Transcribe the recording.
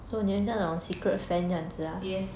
yes